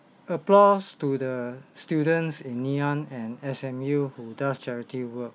applause to the students in ngee ann and S_M_U who does charity work